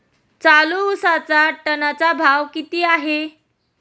चालू उसाचा टनाचा भाव किती आहे?